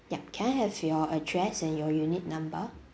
yup can I have your address and your unit number